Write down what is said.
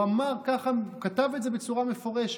הוא אמר ככה, כתב את זה בצורה מפורשת.